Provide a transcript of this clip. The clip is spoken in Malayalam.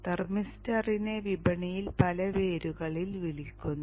തെർമിസ്റ്ററിനെ വിപണിയിൽ പല പേരുകളിൽ വിളിക്കുന്നു